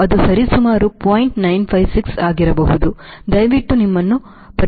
956 ಆಗಿರಬಹುದು ದಯವಿಟ್ಟು ನಿಮ್ಮನ್ನು ಪರೀಕ್ಷಿಸಿ